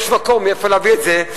ויש מקום מאיפה להביא את זה.